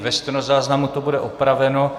Ve stenozáznamu to bude opraveno.